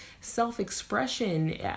self-expression